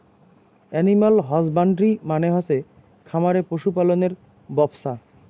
animal husbandry মানে হসে খামারে পশু পালনের ব্যপছা